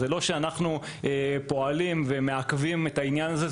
וזה לא שאנחנו מעכבים את העניין הזה.